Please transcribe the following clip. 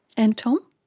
and tom?